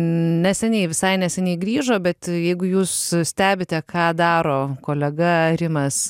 neseniai visai neseniai grįžo bet jeigu jūs stebite ką daro kolega rimas